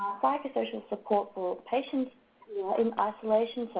psychosocial support for patients who are in isolation, so,